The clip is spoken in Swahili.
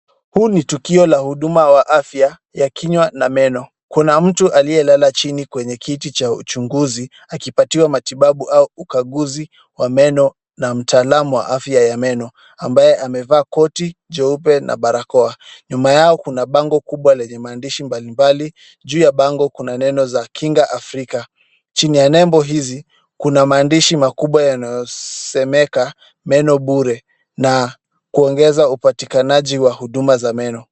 Huu ni tukio la huduma wa afya ya kinywa na meno. Kuna mtu aliyelala chini kwenye kiti cha uchunguzi akipatiwa matibabu au ukaguzi wa meno na mtaalamu wa afya ya meno ambaye amevaa koti jeupe na barakoa. Nyuma yao kuna bango kubwa lenye maandishi mbalimbali. Juu ya bango kuna neno za kinga Afrika. Chini ya nembo hizi kuna maandishi makubwa yanayosemeka meno bure na kuongeza upatikanaji wa huduma za meno.